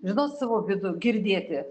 žinot savo vidų girdėti